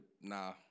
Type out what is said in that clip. Nah